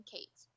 Kate